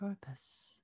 purpose